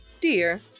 Dear